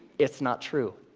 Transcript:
it's not true.